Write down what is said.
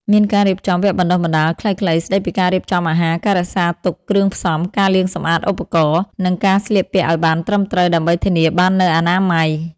មានការរៀបចំវគ្គបណ្តុះបណ្តាលខ្លីៗស្តីពីការរៀបចំអាហារ ការរក្សាទុកគ្រឿងផ្សំ ការលាងសម្អាតឧបករណ៍ និងការស្លៀកពាក់ឱ្យបានត្រឹមត្រូវ ដើម្បីធានាបាននូវអនាម័យ ។